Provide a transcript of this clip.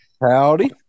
Howdy